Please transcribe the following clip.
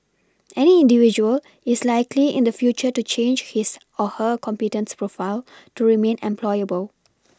any individual is likely in the future to change his or her competence profile to remain employable